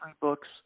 books